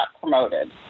promoted